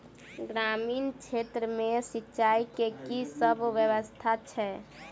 ग्रामीण क्षेत्र मे सिंचाई केँ की सब व्यवस्था छै?